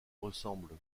ressemble